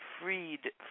freed